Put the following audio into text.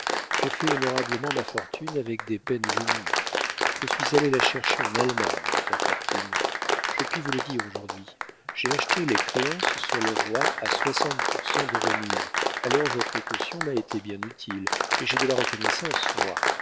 j'ai fait honorablement ma fortune avec des peines inouïes je suis allé la chercher en allemagne la fortune je puis vous le dire aujourd'hui j'ai acheté les créances sur le roi à soixante pour cent de remise alors votre caution m'a été bien utile et j'ai de la reconnaissance moi